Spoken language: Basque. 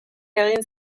egin